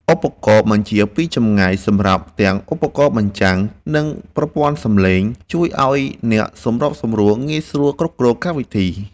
ឧបករណ៍បញ្ជាពីចម្ងាយ សម្រាប់ទាំងឧបករណ៍បញ្ចាំង និងប្រព័ន្ធសំឡេង ជួយឱ្យអ្នកសម្របសម្រួលងាយស្រួលគ្រប់គ្រងកម្មវិធី។